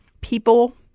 people